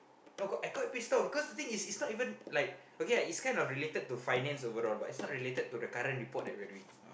no I got pissed off because the thing is is not even like okay lah it's kind of related to finance overall but it's not related to the current report that we are doing